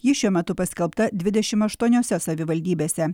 ji šiuo metu paskelbta dvidešimt aštuoniuose savivaldybėse